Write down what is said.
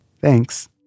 Thanks